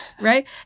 Right